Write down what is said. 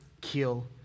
kill